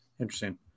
interesting